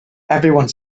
everyone